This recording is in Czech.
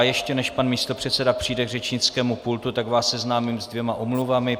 Ještě než pan místopředseda přijde k řečnickému pultu, tak vás seznámím se dvěma omluvami.